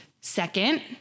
second